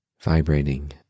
vibrating